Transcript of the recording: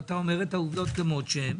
אתה אומר את העובדות כמות שהן,